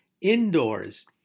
indoors